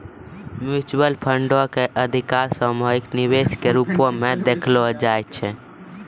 mutual फंडो के अधिकतर सामूहिक निवेश के रुपो मे देखलो जाय छै